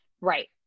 Right